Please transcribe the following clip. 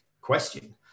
question